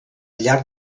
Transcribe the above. llarg